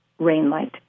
Rainlight